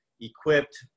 equipped